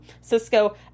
Cisco